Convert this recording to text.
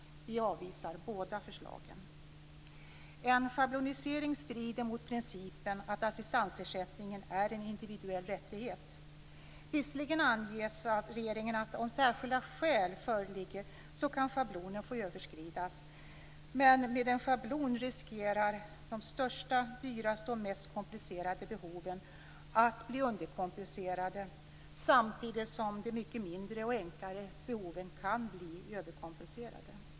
Vi avvisar båda förslagen. En schablonisering strider mot principen att assistansersättningen är en individuell rättighet. Visserligen anger regeringen att om särskilda skäl föreligger, kan schablonen få överskridas, men med en schablon riskerar de största, dyraste och mest komplicerade behoven att bli underkompenserade samtidigt som de mycket mindre och enklare behoven kan bli överkompenserade.